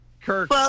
Kirk